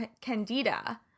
candida